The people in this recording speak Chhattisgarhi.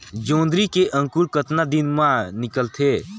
जोंदरी के अंकुर कतना दिन मां निकलथे?